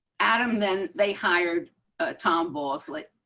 adam, then they hired a tom boss, like,